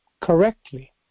correctly